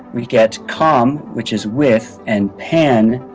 we get com, which is with, and pan,